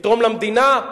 לתרום למדינה.